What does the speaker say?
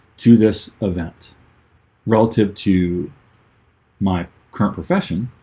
to this event relative to my current profession